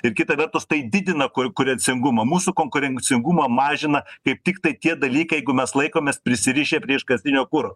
ir kita vertus tai didina konkurencingumą mūsų konkurencingumą mažina kaip tiktai tie dalykai jeigu mes laikomės prisirišę prie iškastinio kuro